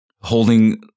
holding